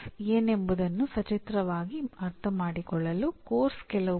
ನಾವು ಅದನ್ನು ಪಚಾರಿಕವಾಗಿ ವ್ಯಾಖ್ಯಾನಿಸುತ್ತೇವೆ